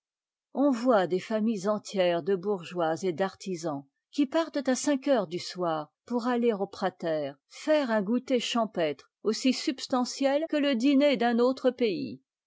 on voit des familles entières de bourgeois et d'artisans qui partent à cinq heures du soir pour aller au prater faire un goûter champêtre aussi substantiel que le dîner d'un autre pays